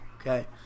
Okay